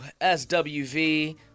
SWV